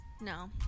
No